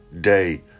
day